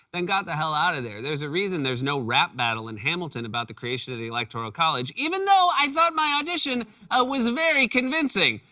then got the hell out of there. there's a reason there's no rap battle in hamilton about the creation of the electoral college, even though i thought my audition ah was very convincing.